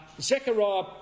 Zechariah